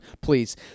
please